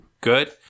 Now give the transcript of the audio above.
good